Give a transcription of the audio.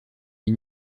une